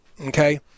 Okay